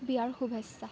বিয়াৰ শুভেচ্ছা